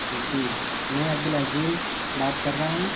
جی میں عبدالعظیم بات کر رہا ہوں